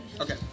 Okay